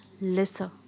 lesser